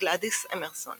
גלאדיס אמרסון